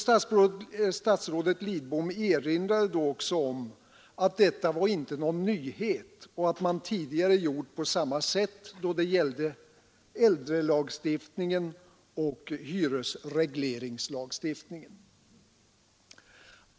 Statsrådet Lidbom framhöll också att detta inte var någon nyhet och att man tidigare gjort på samma sätt då det gällde äldrelagstiftningen och hyresregleringslagstiftningen.